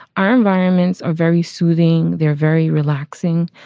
our environments are very soothing. they're very relaxing.